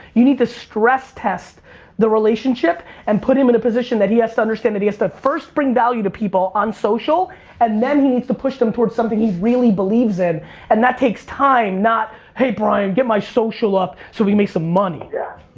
you need to stress test the relationship and put him in a position that he has to understand that he has to first bring value to people on social and then he needs to push em towards something he really believes in and that takes time, not hey brian, get my social up so we make some money. yeah